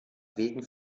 wegen